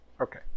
Okay